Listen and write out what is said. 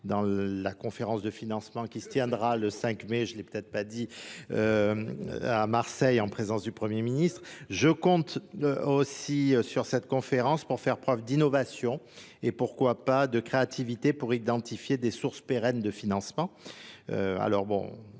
dans la conférence de financement qui se tiendra le 5 mai, je ne l'ai peut-être pas dit, à Marseille en présence du Premier Ministre. Je compte aussi sur cette conférence pour faire preuve d'innovation. Et pourquoi pas de créativité pour identifier des sources pérennes de financement.